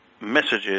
messages